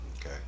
Okay